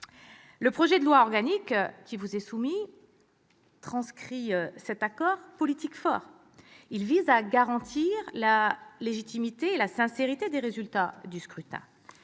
Le projet de loi organique qui vous est soumis transcrit cet accord politique fort. Il vise à garantir la légitimité et la sincérité des résultats du scrutin.